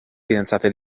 fidanzata